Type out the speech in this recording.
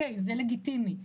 זה לגיטימי.